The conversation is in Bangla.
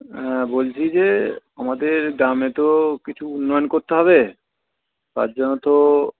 হ্যাঁ বলছি যে আমাদের গ্রামে তো কিছু উন্নয়ন করতে হবে তার জন্য তো